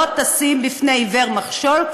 לא תשים בפני עיוור מכשול,